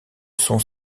sont